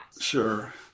Sure